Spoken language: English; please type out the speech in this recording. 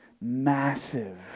massive